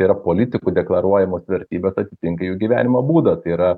yra politikų deklaruojamos vertybės atitinka jų gyvenimo būdą tai yra